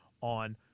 on